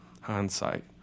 hindsight